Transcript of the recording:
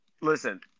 listen